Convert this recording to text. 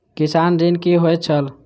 किसान ऋण की होय छल?